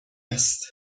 است